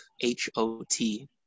H-O-T